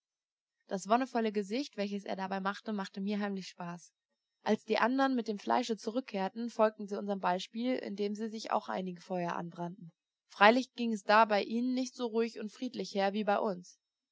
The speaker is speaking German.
das wonnevolle gesicht welches er dabei machte machte mir heimlich spaß als die andern mit dem fleische zurückkehrten folgten sie unserm beispiele indem sie sich auch einige feuer anbrannten freilich ging es da bei ihnen nicht so ruhig und friedlich her wie bei uns